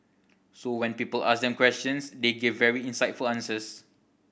so when people asked them questions they gave very insightful answers